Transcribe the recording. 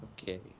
Okay